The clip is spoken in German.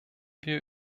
wir